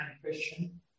Christian